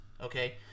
Okay